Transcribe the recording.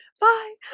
bye